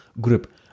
group